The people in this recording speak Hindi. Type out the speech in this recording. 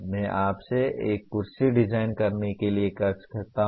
मैं आपसे एक कुर्सी डिजाइन करने के लिए कह सकता हूं